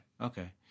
Okay